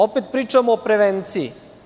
Opet pričamo o prevenciji.